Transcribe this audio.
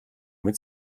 mit